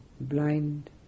blind